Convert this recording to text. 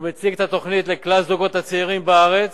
הוא מציג את התוכנית לכלל הזוגות הצעירים בארץ.